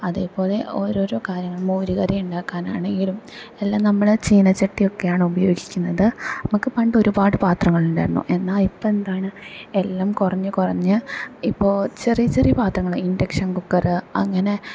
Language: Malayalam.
അതേ പോലെ ഓരോരോ കാര്യങ്ങള് മോരുകറിയുണ്ടാക്കാനാണെങ്കിലും എല്ലാം നമ്മൾ ചീനച്ചട്ടിയൊക്കെയാണ് ഉപയോഗിക്കുന്നത് നമുക്ക് പണ്ട് ഒരുപാട് പാത്രങ്ങൾ ഉണ്ടായിരുന്നു എന്നാൽ ഇപ്പം എന്താണ് എല്ലാം കുറഞ്ഞു കുറഞ്ഞ് ഇപ്പോൾ ചെറിയ ചെറിയ പാത്രങ്ങള് ഇണ്ടക്ഷൻ കുക്കറ് അങ്ങനെ